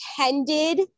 attended